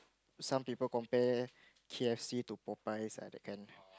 some people compare K_F_C to Popeyes like that can